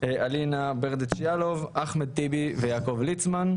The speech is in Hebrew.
אלינה ברדץ' יאלוב, אחמד טיבי ויעקב ליצמן,